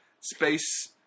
space